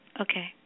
Okay